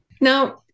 Now